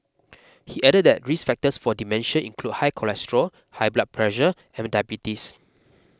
he added that risk factors for dementia include high cholesterol high blood pressure and diabetes